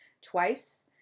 twice